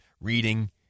reading